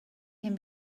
can